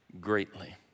greatly